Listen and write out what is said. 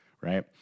Right